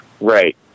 Right